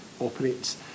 operates